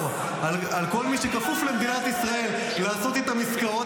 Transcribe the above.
----- נאסור על כל מי שכפוף למדינת ישראל לעשות איתם עסקאות.